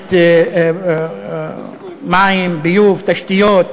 במערכת המים, ביוב, תשתיות,